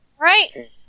Right